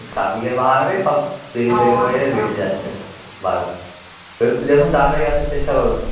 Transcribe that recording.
ট্র্যাফিকের বাহানাতেই সব ডেলিভারি বেঁচে যাচ্ছে বারবার একটু দেখুন তাড়াতাড়ি আসার চেষ্টা করুন